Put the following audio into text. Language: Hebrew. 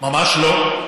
ממש לא.